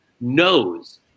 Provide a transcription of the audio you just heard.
knows